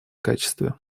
качестве